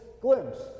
glimpse